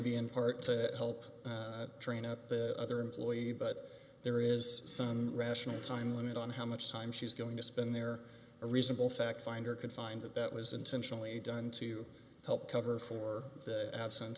be in part to help train up the other employee but there is some rational time limit on how much time she's going to spend there a reasonable fact finder could find that that was intentionally done to help cover for the absence